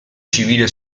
civile